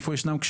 איפה יש כשלים.